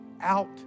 out